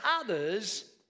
others